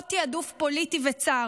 עוד תיעדוף פוליטי וצר,